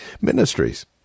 Ministries